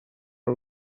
are